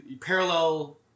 parallel